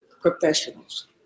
professionals